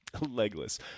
Legless